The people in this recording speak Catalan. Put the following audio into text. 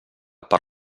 per